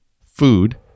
food